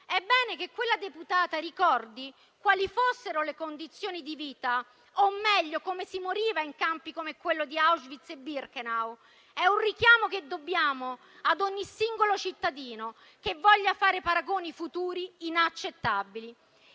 È bene che quella deputata ricordi quali fossero le condizioni di vita, o meglio come si moriva, in campi come quello di Auschwitz e Birkenau. È un richiamo che dobbiamo ad ogni singolo cittadino che voglia fare paragoni futuri inaccettabili.